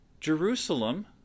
Jerusalem